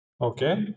Okay